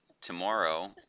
tomorrow